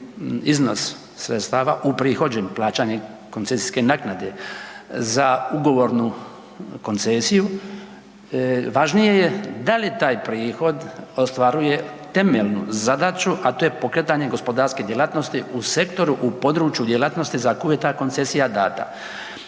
iznos sredstava uprihođen plaćanjem koncesijske naknade za ugovornu koncesiju, važnije je da li taj prihod ostvaruje temeljnu zadaću, a to je pokretanje gospodarske djelatnosti u sektoru u području djelatnosti za koju je ta koncesija data.